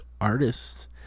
artists